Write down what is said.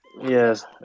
Yes